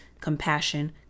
compassion